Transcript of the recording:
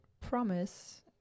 promise